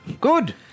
Good